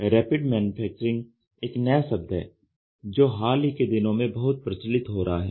तो rapid manufacturing एक नया शब्द है जो हाल ही के दिनों में बहुत प्रचलित हो रहा है